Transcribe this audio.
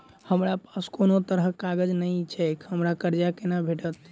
हमरा पास कोनो तरहक कागज नहि छैक हमरा कर्जा कोना भेटत?